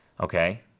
Okay